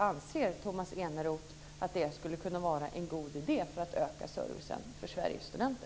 Anser Tomas Eneroth att det skulle kunna vara en god idé, för att öka servicen för Sveriges studenter?